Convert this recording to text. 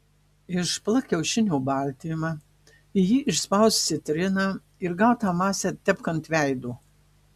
išplak kiaušinio baltymą į jį išspausk citriną ir gautą masę tepk ant veido